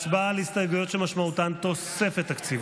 הצבעה על הסתייגויות שמשמעותן תוספת תקציב.